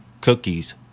Cookies